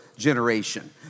generation